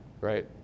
right